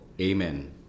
amen